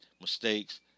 mistakes